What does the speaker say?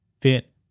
fit